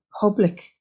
public